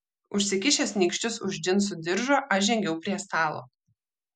užsikišęs nykščius už džinsų diržo aš žengiau prie stalo